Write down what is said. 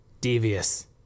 Devious